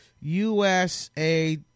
USA